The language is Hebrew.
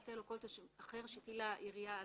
היטל או כל תשלום אחר שהטילה עירייה על